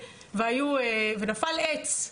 ונפל עץ.